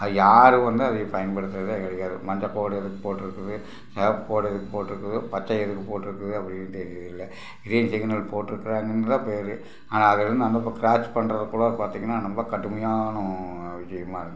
அது யாரு வந்து அதையை பயன்படுத்துகிறதே கிடையாது மஞ்சள் கோடு எதுக்கு போட்டுருக்குது சிவப்பு கோடு எதுக்கு போட்டுருக்குது பச்சை எதுக்கு போட்டுருக்குது அப்படின்னு தெரியல க்ரீன் சிக்குனல் போட்ருக்காங்கன்னு தான் பேரு ஆனால் அதுலே இருந்து அந்த பக்கம் க்ராஸ் பண்ணுறது கூட பார்த்தீங்கன்னா ரொம்ப கடுமையான விஷயமா இருக்குது